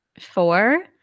four